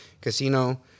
Casino